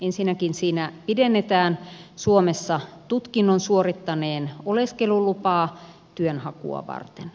ensinnäkin siinä pidennetään suomessa tutkinnon suorittaneen oleskelulupaa työnhakua varten